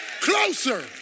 closer